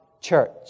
church